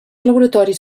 laboratoris